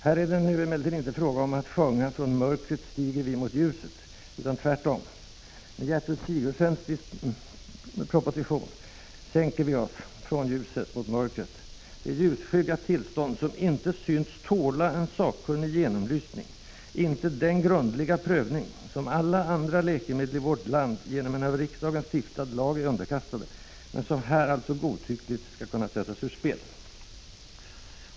Här är det emellertid inte fråga om att sjunga ”från mörkret stiga vi mot ljuset” utan tvärtom: Med Gertrud Sigurdsens proposition sänker vi oss från ljuset ned mot mörkret: det ljusskygga tillstånd som inte kan tåla en sakkunnig genomlysning, inte den grundliga prövning som alla andra läkemedel i vårt land genom en av riksdagen stiftad lag är underkastade, men vilken här alltså godtyckligt skall kunna sättas ur spel.